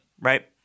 right